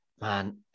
Man